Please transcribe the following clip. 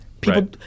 People